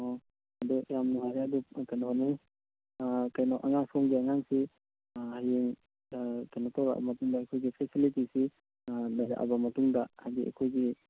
ꯑꯣ ꯑꯗꯣ ꯌꯥꯝ ꯅꯨꯡꯉꯥꯏꯔꯦ ꯑꯗꯣ ꯀꯩꯅꯣꯅꯤ ꯀꯩꯅꯣ ꯑꯉꯥꯡ ꯁꯣꯝꯒꯤ ꯑꯉꯥꯡꯁꯤ ꯍꯌꯦꯡ ꯀꯩꯅꯣ ꯇꯧꯔꯛꯑꯕ ꯃꯇꯨꯡꯗ ꯑꯩꯈꯣꯏꯒꯤ ꯐꯦꯁꯤꯂꯤꯇꯤꯁꯤ ꯂꯩꯔꯛꯑꯕ ꯃꯇꯨꯡꯗ ꯍꯥꯏꯗꯤ ꯑꯩꯈꯣꯏꯒꯤ